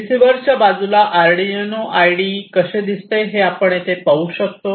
रिसीव्हरच्या बाजूला Arduino IDE कसे दिसते हे आपण येथे पाहू शकता